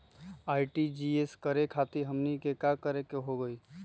RTGS करे खातीर हमनी के का करे के हो ई?